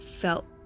Felt